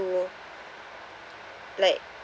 to like